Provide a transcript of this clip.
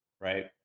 right